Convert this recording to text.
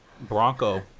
Bronco